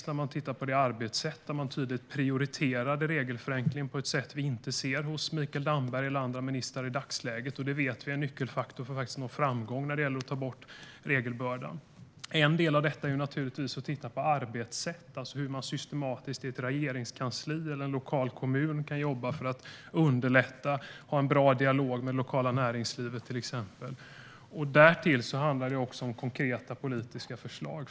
Man kan titta på det arbetssätt där regelförenkling tydligt prioriterades på ett sätt vi inte ser hos Mikael Damberg eller andra ministrar i dagsläget. Vi vet att det är en nyckelfaktor för att nå framgång när det gäller att ta bort regelbördan. En del av detta är naturligtvis att titta på arbetssätt, hur man systematiskt i ett regeringskansli eller i en lokal kommun kan jobba för att underlätta och ha en bra dialog med till exempel det lokala näringslivet. Därtill handlar det om konkreta politiska förslag.